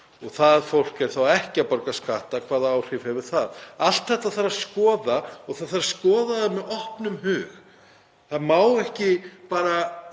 og þetta fólk er ekki að borga skatta, hvaða áhrif hefur það? Allt þetta þarf að skoða og það þarf að skoða það með opnum hug. Það má ekki bara